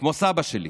כמו סבא שלי,